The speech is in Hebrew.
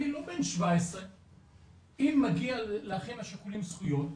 אני לא בן 17. אם מגיע לאחים השכולים זכויות,